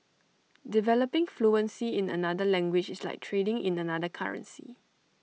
developing fluency in another language is like trading in another currency